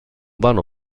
vanno